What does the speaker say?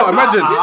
Imagine